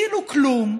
כאילו כלום,